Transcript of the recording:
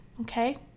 Okay